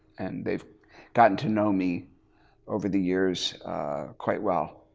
and they've gotten to know me over the years quite well.